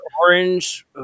orange